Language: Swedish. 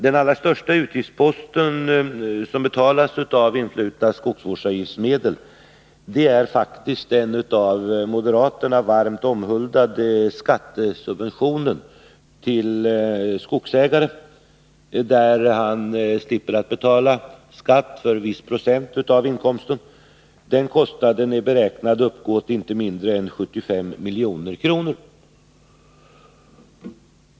Den allra största utgiftspost som betalas ur influtna skogsvårdsavgiftsmedel är faktiskt den av moderaterna varmt omhuldade skattesubventionen till skogsägare, som därmed slipper att betala skatt för en viss procent av inkomsten. Kostnaden för det är beräknad att uppgå till inte mindre än 75 milj.kr.